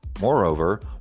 Moreover